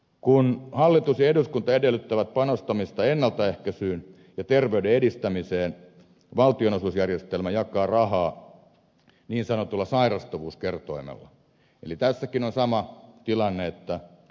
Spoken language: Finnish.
kun hallitus ja eduskunta edellyttävät panostamista ennaltaehkäisyyn ja terveyden edistämiseen valtionosuusjärjestelmä jakaa rahaa niin sanotulla sairastavuuskertoimella eli tässäkin on sama tilanne